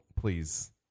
please